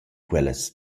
quellas